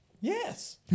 Yes